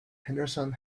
henderson